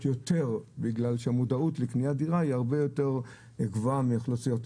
יותר בגלל שהמודעות לקניית דירה היא הרבה יותר גבוהה מאוכלוסיות,